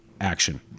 action